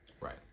Right